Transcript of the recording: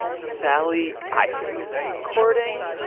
sally iphone recording.